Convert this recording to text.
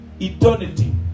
eternity